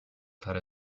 that